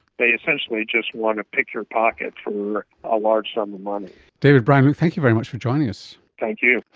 they essentially just want to pick your pocket for a large sum of money. david brown, and thank you very much for joining us. thank you.